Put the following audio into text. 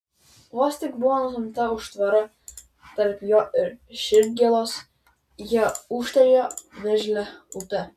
vos tik buvo nustumta užtvara tarp jo ir širdgėlos jie ūžtelėjo veržlia upe